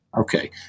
Okay